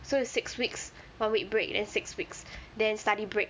so it's six weeks one week break then six weeks then study break